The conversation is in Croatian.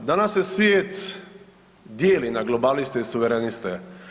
Danas se svijet dijeli na globaliste i suvereniste.